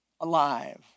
alive